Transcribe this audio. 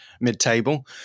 mid-table